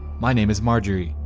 my name is marjorie,